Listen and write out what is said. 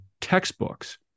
textbooks